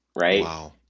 right